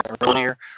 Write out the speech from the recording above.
earlier